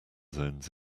zones